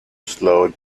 slowed